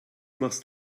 machst